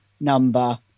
number